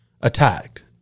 attacked